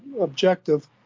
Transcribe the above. objective